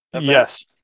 Yes